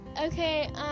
Okay